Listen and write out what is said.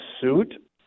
suit